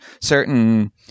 certain